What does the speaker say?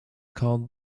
called